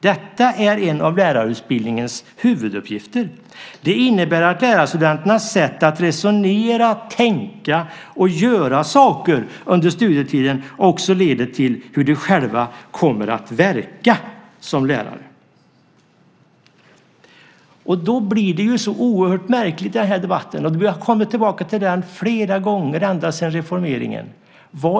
Detta är en av lärarutbildningens huvuduppgifter. Det innebär att lärarstudenternas sätt att resonera, tänka och göra saker under studietiden också leder till hur de själva kommer att verka som lärare. Då blir denna debatt oerhört märklig. Och vi har kommit tillbaka till den flera gånger ända sedan reformeringen.